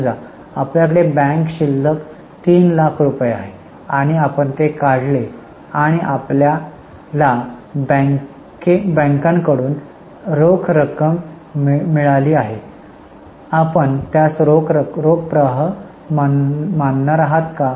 समजा आपल्याकडे बँक शिल्लक तीन लाख रुपये आहेत आणि आपण ते काढले आणि आपल्याला बॅंकांकडून रोख रक्कम मिळाली आहे आपण त्यास रोख प्रवाह मानणार आहात का